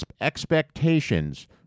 expectations